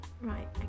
right